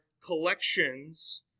collections